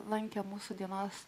lankė mūsų dienos